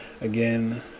Again